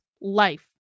life